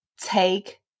take